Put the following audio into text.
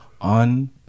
on